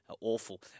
Awful